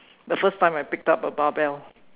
the first time I picked up a bar bell